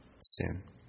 sin